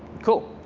cool.